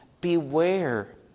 beware